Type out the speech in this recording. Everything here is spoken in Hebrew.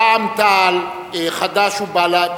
הצעת רע"ם-תע"ל, חד"ש ובל"ד